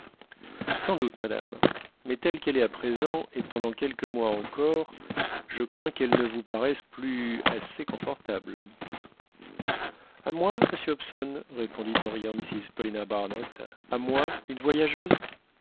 sans doute madame mais telle qu'elle est à présent et pendant quelques mois encore je crains qu'elle ne vous paraisse plus assez confortable à moi monsieur hobson répondit en riant mrs paulina barnett à moi une voyageuse